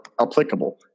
applicable